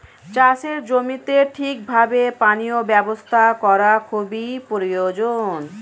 চাষের জমিতে ঠিক ভাবে পানীয় ব্যবস্থা করা খুবই প্রয়োজন